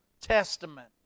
testament